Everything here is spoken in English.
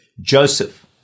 Joseph